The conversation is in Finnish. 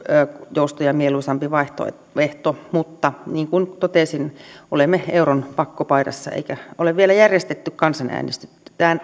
palkkajoustoja mieluisampi vaihtoehto mutta niin kuin totesin olemme euron pakkopaidassa eikä ole vielä järjestetty kansanäänestystä